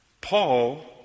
Paul